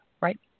right